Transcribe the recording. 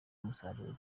umusaruro